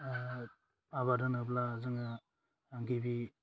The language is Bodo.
आबाद होनोब्ला जोङो गिबि